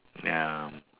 ya